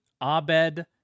Abed